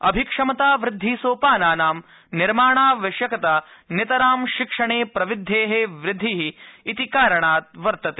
अभिक्षमतावृद्धिसोपानानां निर्माणावश्यकता नितरां शिक्षणे प्रविधेः वृद्धिः इति कारणात् वर्तते